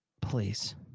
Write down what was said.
Please